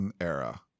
era